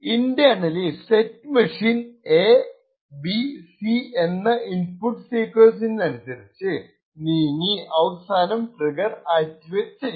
internally state machine A B C എന്ന input സീക്വൻസിനനുസരിച്ചു നീങ്ങി അവസാനം ട്രിഗർ ആക്ടിവേറ്റ് ചെയ്യും